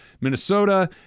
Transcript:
Minnesota